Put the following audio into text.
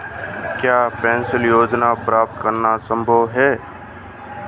क्या पेंशन योजना प्राप्त करना संभव है?